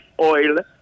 oil